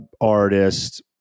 artist